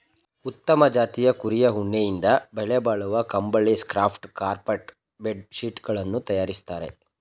ಉತ್ತಮ ಜಾತಿಯ ಕುರಿಯ ಉಣ್ಣೆಯಿಂದ ಬೆಲೆಬಾಳುವ ಕಂಬಳಿ, ಸ್ಕಾರ್ಫ್ ಕಾರ್ಪೆಟ್ ಬೆಡ್ ಶೀಟ್ ಗಳನ್ನು ತರಯಾರಿಸ್ತರೆ